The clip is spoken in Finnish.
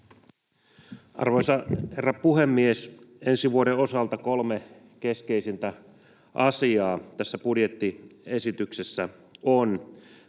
Arvoisa herra puhemies! Ensi vuoden osalta kolme keskeisintä asiaa tässä budjettiesityksessä ovat